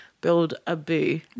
build-a-boo